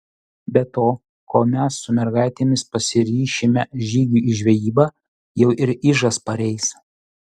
be to kol mes su mergaitėmis pasiryšime žygiui į žvejybą jau ir ižas pareis